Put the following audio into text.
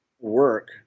work